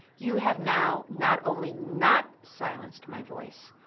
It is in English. you have now not only not silenced my voice,